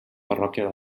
parròquia